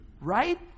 Right